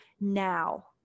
now